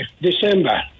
December